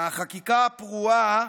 לחקיקה הפרועה